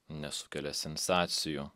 nesukelia sensacijų